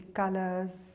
colors